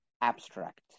abstract